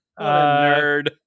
nerd